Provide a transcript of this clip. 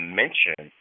mention